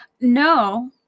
no